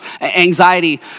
Anxiety